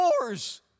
Wars